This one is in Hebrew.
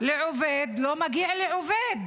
לעובד לא מגיע לעובד.